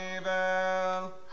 evil